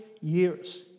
years